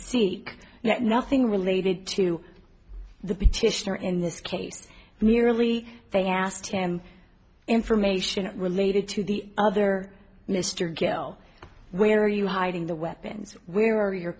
sikh yet nothing related to the petitioner in this case merely they asked him information related to the other mr gill where are you hiding the weapons where are your